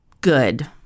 good